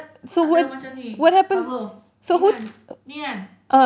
kau takde macam ni cover ni kan ni kan